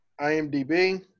imdb